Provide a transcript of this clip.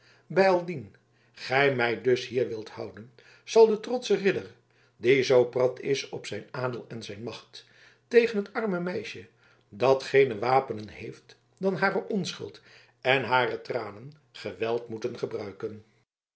bijaldien gij mij dus hier wilt houden zal de trotsche ridder die zoo prat is op zijn adel en zijn macht tegen het arme meisje dat geene wapenen heeft dan hare onschuld en hare tranen geweld moeten gebruiken